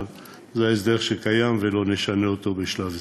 אבל זה ההסדר שקיים ולא נשנה אותו בשלב זה.